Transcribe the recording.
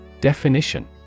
Definition